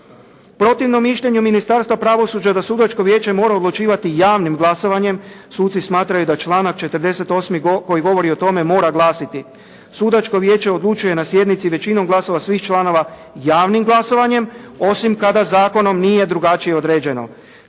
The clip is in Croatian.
Protivno mišljenju Ministarstva pravosuđa da Sudačko vijeće mora odlučivati javnim glasovanjem. Suci smatraju da članak 48. koji govori o tome mora glasiti: “Sudačko vijeće odlučuje na sjednici većinom glasova svih članova javnim glasovanjem, osim kada zakonom nije drugačije određeno.